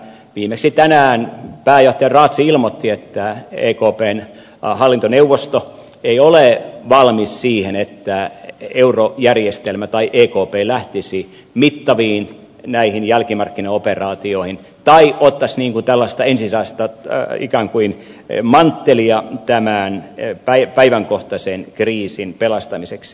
viimeksi tänään pääjohtaja draghi ilmoitti että ekpn hallintoneuvosto ei ole valmis siihen että eurojärjestelmä tai ekp lähtisi mittaviin jälkimarkkinaoperaatioihin tai ottaisi tällaista ikään kuin manttelia tämän päivänkohtaisen kriisin pelastamiseksi